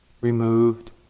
Removed